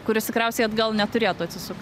kuris tikriausiai atgal neturėtų atsisukt